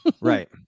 right